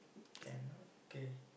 can now okay